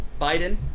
Biden